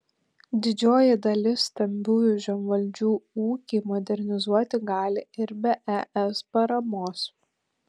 didžioji dalis stambiųjų žemvaldžių ūkį modernizuoti gali ir be es paramos